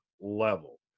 level